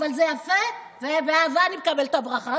אבל זה יפה ובאהבה אני מקבלת את הברכה,